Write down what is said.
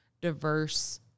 diverse